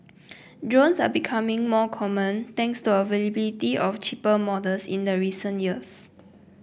drones are becoming more common thanks to availability of cheaper models in the recent years